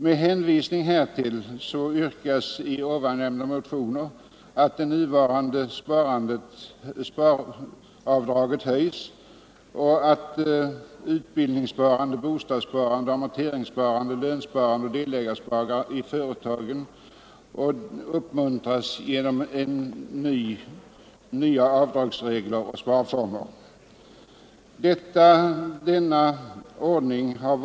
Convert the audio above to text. Med hänvisning härtill yrkas i nu nämnda motioner att det nuvarande sparavdraget höjs och att utbildningssparande, bostadssparande, amorteringssparande, lönsparande och delägarsparande i företagen uppmuntras genom nya avdragsregler och sparformer.